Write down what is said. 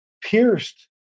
pierced